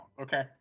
okay